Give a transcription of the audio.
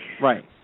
Right